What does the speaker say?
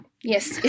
Yes